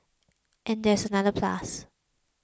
and there is another plus